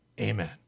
Amen